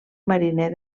mariner